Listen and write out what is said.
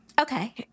okay